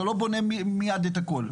אתה לא בונה מיד את הכול,